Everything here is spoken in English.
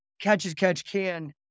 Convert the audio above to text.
catch-as-catch-can